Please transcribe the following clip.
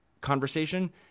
conversation